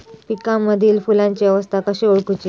पिकांमदिल फुलांची अवस्था कशी ओळखुची?